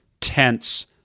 tense